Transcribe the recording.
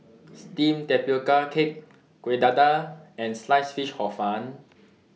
Steamed Tapioca Cake Kueh Dadar and Sliced Fish Hor Fun